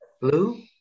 Blue